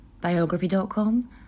Biography.com